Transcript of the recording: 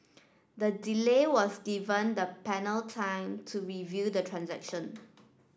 the delay was given the panel time to review the transaction